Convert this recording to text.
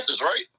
right